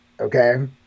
okay